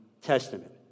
Testament